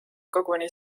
koguni